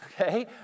Okay